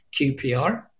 QPR